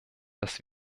dass